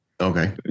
Okay